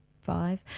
five